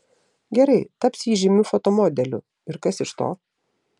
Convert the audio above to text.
gerai taps ji žymiu fotomodeliu ir kas iš to